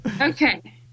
Okay